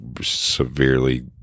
severely